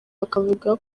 bakavuga